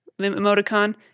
emoticon